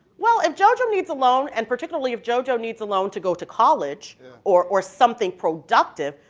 well, if jo-jo needs a loan, and particularly if jo-jo needs a loan to go to college or or something productive,